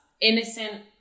innocent